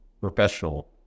professional